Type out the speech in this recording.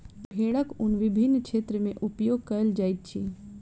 भेड़क ऊन विभिन्न क्षेत्र में उपयोग कयल जाइत अछि